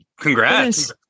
congrats